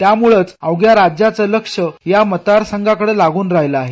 त्यामुळच अवघ्या राज्याच लक्ष या मतदार संघाकडे लागून राहील आहे